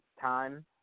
time